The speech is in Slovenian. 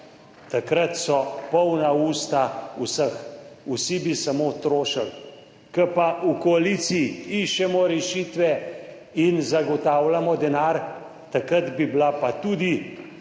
takrat so polna usta vseh, vsi bi samo trošili. Ko pa v koaliciji iščemo rešitve in zagotavljamo denar, takrat bi bila pa tudi